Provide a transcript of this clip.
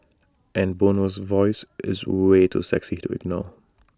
and Bono's voice is way too sexy to ignore